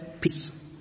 peace